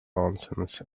nonsense